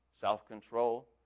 self-control